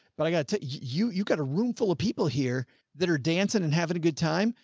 but i gotta tell you, you've got a room full of people here that are dancing and having a good time.